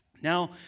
Now